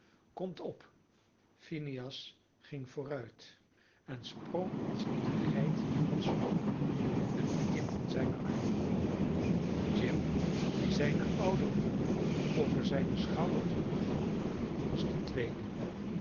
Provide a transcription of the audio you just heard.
komt op phineas ging vooruit en sprong als eene geit de rotsen op met het kind in zijne armen jim die zijne oude moeder over zijnen schouder droeg was de tweede